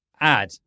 add